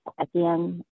again